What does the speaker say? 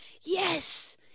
yes